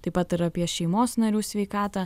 taip pat ir apie šeimos narių sveikatą